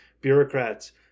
Bureaucrats